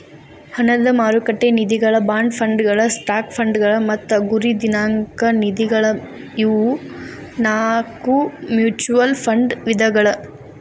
ಹಣದ ಮಾರುಕಟ್ಟೆ ನಿಧಿಗಳ ಬಾಂಡ್ ಫಂಡ್ಗಳ ಸ್ಟಾಕ್ ಫಂಡ್ಗಳ ಮತ್ತ ಗುರಿ ದಿನಾಂಕ ನಿಧಿಗಳ ಇವು ನಾಕು ಮ್ಯೂಚುಯಲ್ ಫಂಡ್ ವಿಧಗಳ